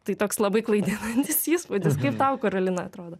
tai toks labai klaidinantis įspūdis kaip tau karolina atrodo